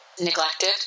neglected